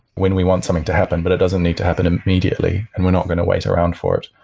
when we want something to happen, but it doesn't need to happen immediately and we're not going to wait around for it.